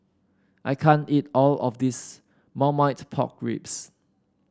I can't eat all of this Marmite Pork Ribs